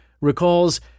recalls